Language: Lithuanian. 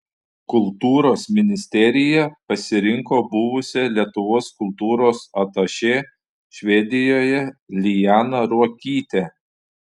kultūros ministerija pasirinko buvusią lietuvos kultūros atašė švedijoje lianą ruokytę